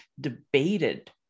debated